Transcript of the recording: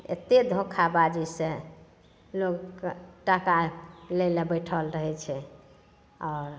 एतेक धोखा बाजी सऽ लोगके टाका लै लए बैठल रहै छै आओर